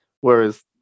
Whereas